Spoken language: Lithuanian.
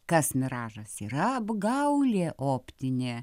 kas miražas yra apgaulė optinė